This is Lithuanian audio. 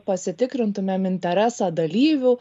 pasitikrintumėm interesą dalyvių